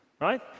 right